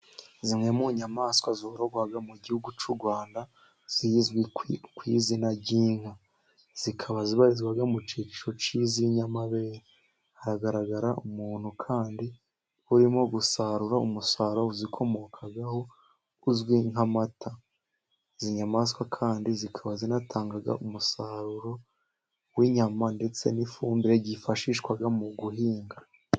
Zmwe mu nyamaswa zororwaga mu gihugu cy'u Rwanda zizwi ku izina ry'inka. Zikaba zibarizwa mu cyiciro cy'inamabere. Haragaragara umuntu kandi urimo gusarura umusaruro uzikomokaho, uzwi nk'amata. Izi nyamaswa kandi zikaba zinatanga umusaruro w'inyama ndetse n'ifumbire yifashishwa mu guhinga.